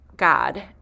God